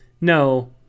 No